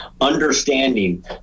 understanding